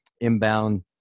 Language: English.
inbound